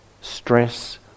stress